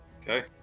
Okay